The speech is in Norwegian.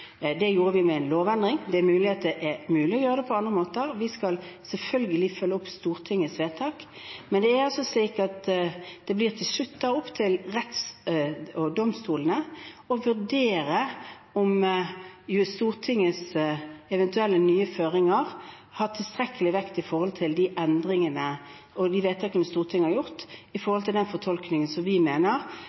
Det gjorde vi med en lovendring. Det er mulig at det er mulig å gjøre det på andre måter. Vi skal selvfølgelig følge opp Stortingets vedtak. Men det blir til slutt opp til retten og domstolene å vurdere om Stortingets eventuelle nye føringer har tilstrekkelig vekt i forhold til de endringene og de vedtakene Stortinget har gjort, og i forhold til den fortolkningen vi mener